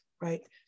right